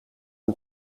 een